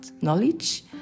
knowledge